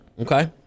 Okay